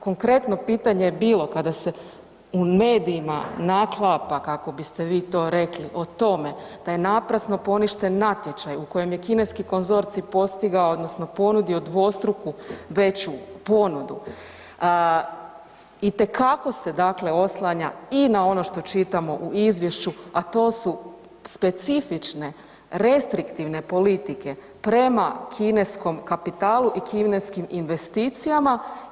Konkretno pitanje je bilo kada se u medijima naklapa kako biste vi to rekli o tome da je naprasno poništen natječaj u kojem je kineski konzorcij postigao, odnosno ponudio dvostruko veću ponudu itekako se dakle oslanja i na ono što čitamo u izvješću, a to su specifične restriktivne politike prema kineskom kapitalu i kineskim investicijama.